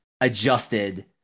adjusted